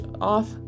off